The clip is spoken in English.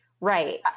right